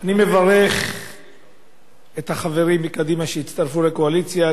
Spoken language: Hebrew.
אני מברך את החברים מקדימה שהצטרפו לקואליציה.